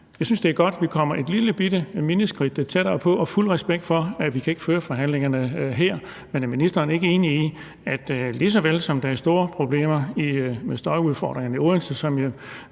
Jeg synes, det er godt, at vi kommer et lillebitte skridt tættere på, og jeg har fuld respekt for, at vi ikke kan køre forhandlingerne her. Men er ministeren ikke enig i, at lige så vel som der er store problemer med støjudfordringerne i Odense,